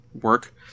work